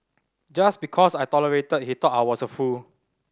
just because I tolerated he thought I was a fool